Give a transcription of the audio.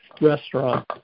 restaurant